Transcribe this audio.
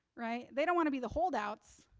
right, they don't want to be the holdout.